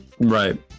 Right